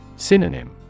Synonym